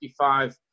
55